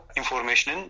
information